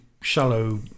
shallow